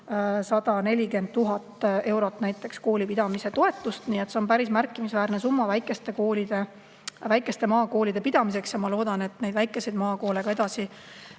140 000 eurot näiteks koolipidamise toetust. See on päris märkimisväärne summa väikeste maakoolide pidamiseks ja ma loodan, et neid väikeseid maakoole ka edasi